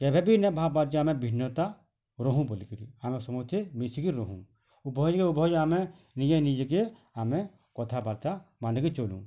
କେବେ ବି ନା ଭାବାବା ଯେ ଭିନ୍ନତା ରହୁଁ ବୋଲି କିରି ଆମେ ସମସ୍ତେ ମିଶି କରି ରହୁଁ ଉଭୟ ଉଭୟେ ଆମେ କଥାବାର୍ତ୍ତା ମାନି କି ଚଲୁ